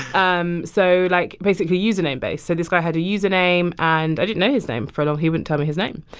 um so, like, basically username-based. so this guy had a username, and i didn't know his name for a long he wouldn't tell me his name.